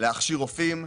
להכשיר רופאים,